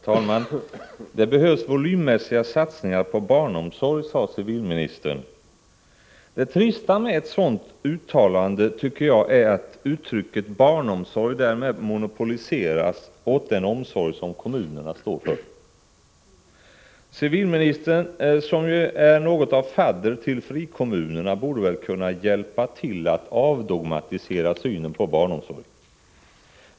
Herr talman! Det behövs volymmässiga satsningar på barnomsorg, sade civilministern. Det trista med ett sådant uttalande tycker jag är att uttrycket barnomsorg därmed monopoliseras till att gälla den omsorg som kommunerna står för. Civilministern, som ju är något av fadder till frikommunerna, borde väl kunna hjälpa till att avdogmatisera synen på barnomsorg.